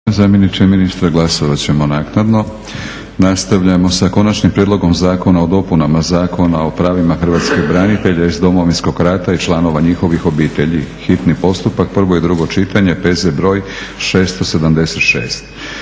**Batinić, Milorad (HNS)** Nastavljamo sa - Konačni prijedlog zakona o dopunama Zakona o pravima hrvatskih branitelja iz Domovinskog rata i članova njihovih obitelji, hitni postupak, prvo i drugo čitanje, P.Z. br. 676;